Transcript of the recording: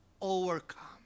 overcome